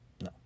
No